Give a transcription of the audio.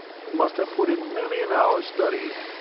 you must have put in many an hour studying.